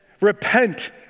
repent